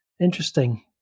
Interesting